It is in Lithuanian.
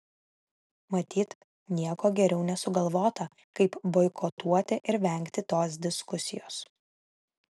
matyt nieko geriau nesugalvota kaip boikotuoti ir vengti tos diskusijos